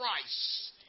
Christ